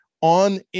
on